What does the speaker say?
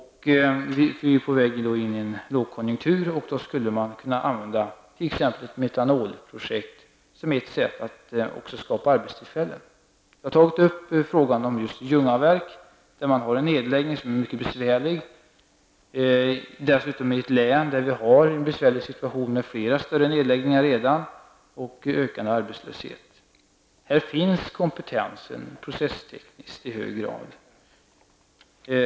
Vi är på väg in i en lågkonjunktur, och då skulle man också kunna använda t.ex. ett metanolprojekt som ett sätt att skapa arbetstillfällen. Jag har i min interpellation tagit upp just Ljungaverk, där det sker en nedläggning som blir mycket besvärlig. Orten ligger dessutom i ett län som redan har en mycket besvärlig situation, med flera större nedläggningar på gång och en ökande arbetslöshet. Här finns i hög grad den processtekniska kompetensen.